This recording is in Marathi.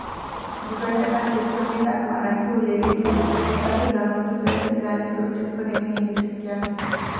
दुधाच्या टाकीत कमी तापमानात ठेवलेले दूध एका ठिकाणाहून दुसऱ्या ठिकाणी सुरक्षितपणे नेणे शक्य आहे